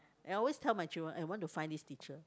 I always tell my children I want to find this teacher